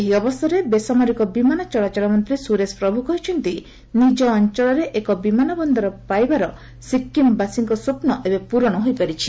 ଏହି ଅବସରରେ ବେସାମରିକ ବିମାନ ଚଳାଚଳ ମନ୍ତ୍ରୀ ସୁରେଶ ପ୍ରଭ୍ କହିଛନ୍ତି ନିକ ଅଞ୍ଚଳରେ ଏକ ବିମାନ ବନ୍ଦର ପାଇବାର ସିକ୍କିମ୍ବାସୀଙ୍କ ସ୍ୱପ୍ନ ପ୍ରରଣ ହୋଇପାରିଛି